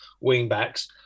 wing-backs